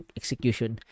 execution